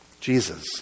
Jesus